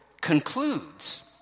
concludes